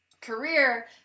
career